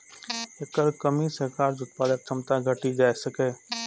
एकर कमी सं कार्य उत्पादक क्षमता घटि सकै छै